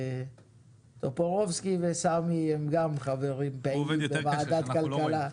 טופורובסקי וסמי הם גם חברים פעילים בוועדת כלכלה.